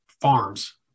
Farms